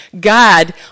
God